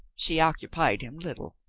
she occupied him little.